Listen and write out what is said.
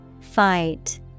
Fight